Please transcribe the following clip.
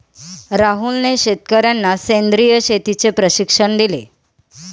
राहुलने शेतकर्यांना सेंद्रिय शेतीचे प्रशिक्षण दिले